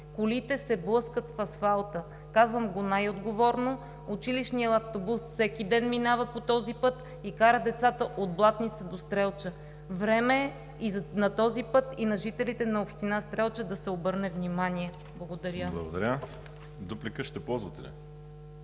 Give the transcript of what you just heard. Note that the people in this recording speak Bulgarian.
Колите се блъскат в асфалта! Казвам го най-отговорно. Училищният автобус всеки ден минава по този път и кара децата от Блатница до Стрелча. Време е на този път и на жителите на община Стрелча да се обърне внимание. Благодаря. ПРЕДСЕДАТЕЛ ВАЛЕРИ СИМЕОНОВ: Благодаря. Дуплика ще ползвате ли?